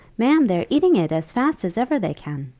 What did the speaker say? ma'am, they're eating it as fast as ever they can!